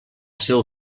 seu